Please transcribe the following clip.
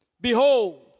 Behold